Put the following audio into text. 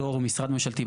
בתור משרד ממשלתי,